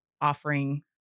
offering